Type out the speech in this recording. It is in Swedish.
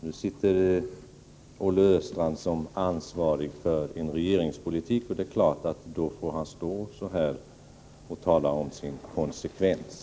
Nu sitter Olle Östrand som ansvarig för en regeringspolitik, och det är klart att då får han stå här och tala om sin konsekvens.